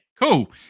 cool